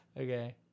Okay